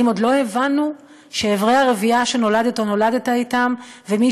האם עוד לא הבנו שאיברי הרבייה שנולדת או נולדתָ אתם ומי